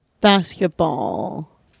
Basketball